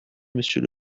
monsieur